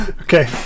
Okay